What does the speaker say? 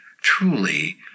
truly